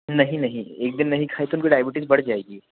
नहीं नहीं एक दिन नहीं खाए तो उनको डायबटीज़ बढ़ जाएगी